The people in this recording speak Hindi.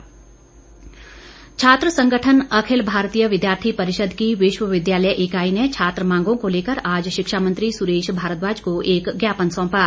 ज्ञापन छात्र संगठन अखिल भारतीय विद्यार्थी परिषद की विश्वविद्यालय इकाई ने छात्र मांगों को लेकर आज शिक्षा मंत्री सुरेश भारद्वाज को एक ज्ञापन सौंपा